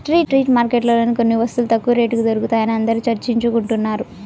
street మార్కెట్లలోనే కొన్ని వస్తువులు తక్కువ రేటుకి దొరుకుతాయని అందరూ చర్చించుకుంటున్నారు